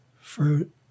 fruit